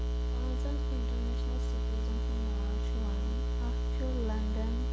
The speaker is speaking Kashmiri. پانٛژَن اِنٹَرنیشنَل سٕٹیٖزَن ہُنٛد ناو چھُ وَنُن اَکھ چھُ لَنڈَن